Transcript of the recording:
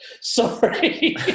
Sorry